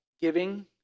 giving